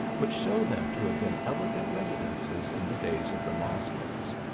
which show them to have been elegant residences in the days of the moslems.